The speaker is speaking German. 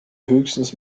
höchstens